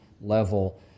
level